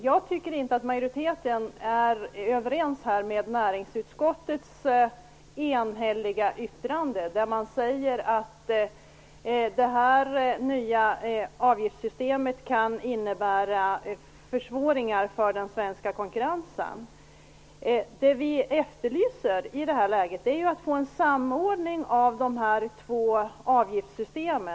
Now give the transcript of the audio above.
Jag tycker inte att utskottsmajoriteten är överens med näringsutskottets enhälliga yttrande, i vilket sägs att det nya avgiftssystemet kan innebära försämringar för den svenska konkurrensen. Det vi efterlyser i det här läget är en samordning av de här två avgiftssystemen.